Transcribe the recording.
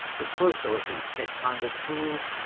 that crow so at these set kind of fools,